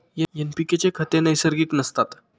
NPK खते नैसर्गिक नसतात